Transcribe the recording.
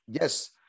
yes